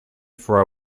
for